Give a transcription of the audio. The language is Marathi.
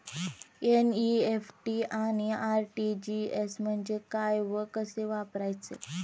एन.इ.एफ.टी आणि आर.टी.जी.एस म्हणजे काय व कसे वापरायचे?